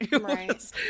Right